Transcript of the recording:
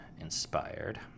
inspired